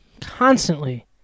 Constantly